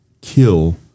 kill